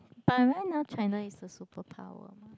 but right now China is a super power mah